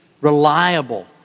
reliable